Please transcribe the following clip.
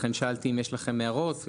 לכן שאלתי אם יש לכם הערות,